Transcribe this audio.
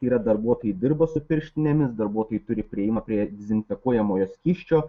yra darbuotojai dirba su pirštinėmis darbuotojai turi priėjimą prie dezinfekuojamojo skysčio